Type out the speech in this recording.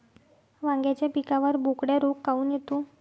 वांग्याच्या पिकावर बोकड्या रोग काऊन येतो?